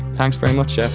thanks very much, jeff